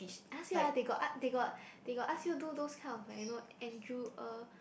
I ask you ah they got as~ they got they got ask you do those kind of Andrew uh